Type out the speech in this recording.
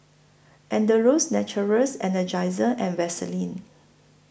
Andalou Naturals Energizer and Vaseline